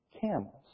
camels